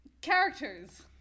Characters